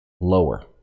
lower